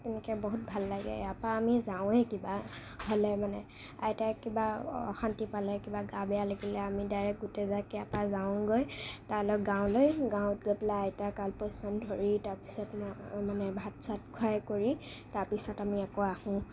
এনেকৈ বহুত ভাল লাগে ইয়াৰপৰা আমি যাওঁৱেই কিবা হ'লে মানে আইতাই কিবা অশান্তি পালে কিবা গা বেয়া লাগিলে আমি ডাইৰেক্ট গোটেইজাক ইয়াৰপৰা যাওঁ গৈ তালৈ গাঁৱলৈ গাৱঁত গৈ পেলাই আইতাক আলপৈচান ধৰি তাৰপিছত মা মানে ভাত চাত খোৱাই কৰি তাৰপিছত আমি আকৌ আহোঁ